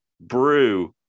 Brew